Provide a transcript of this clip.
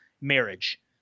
marriage